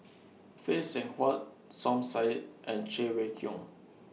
Phay Seng Whatt Som Said and Cheng Wai Keung